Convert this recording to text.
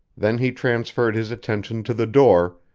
then he transferred his attention to the door,